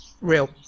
real